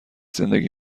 زندگی